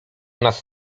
nas